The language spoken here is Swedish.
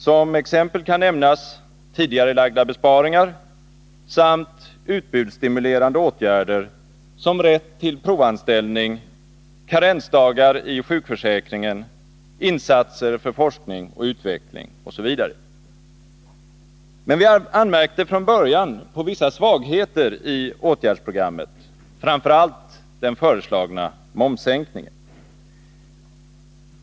Som exempel kan nämnas tidigarelagda besparingar samt utbudsstimulerande åtgärder som rätt till provanställning, karensdagar i sjukförsäkringen, insatser för forskning och utveckling osv. Men vi anmärkte från början på vissa svagheter i åtgärdsprogrammet, framför allt den föreslagna momssänkningen.